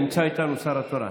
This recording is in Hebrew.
נמצא איתנו השר התורן.